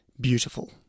beautiful